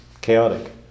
chaotic